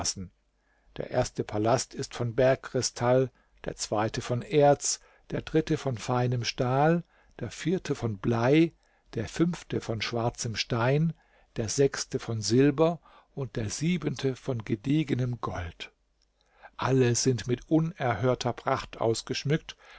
der erste palast ist von bergkristall der zweite von erz der dritte von feinem stahl der vierte von blei der fünfte von schwarzem stein der sechste von silber und der siebente von gediegenem gold alle sind mit unerhörter pracht ausgeschmückt